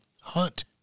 hunt